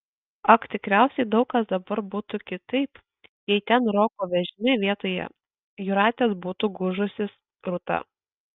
ak tikriausiai daug kas dabar būtų kitaip jei ten roko vežime vietoje jūratės būtų gūžusis rūta